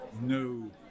no